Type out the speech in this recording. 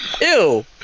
Ew